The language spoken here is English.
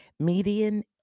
median